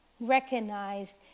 recognized